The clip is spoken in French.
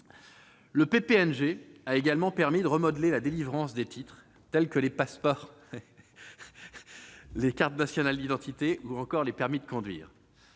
Le PPNG a également permis de remodeler la délivrance des titres tels que les passeports, les cartes nationales d'identité ou encore les permis de conduire.